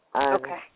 Okay